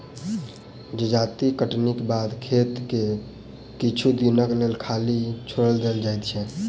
जजाति कटनीक बाद खेत के किछु दिनक लेल खाली छोएड़ देल जाइत छै